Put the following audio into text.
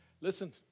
Listen